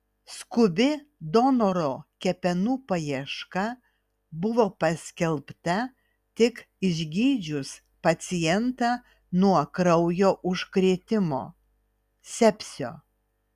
skubi donoro kepenų paieška buvo paskelbta tik išgydžius pacientą nuo kraujo užkrėtimo sepsio